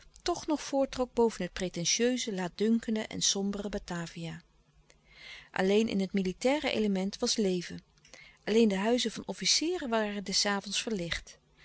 toch nog voortrok boven het pretentieuze laatdunkende en sombere batavia alleen in het militaire element was leven alleen de huizen van officieren waren des avonds verlicht